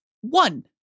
one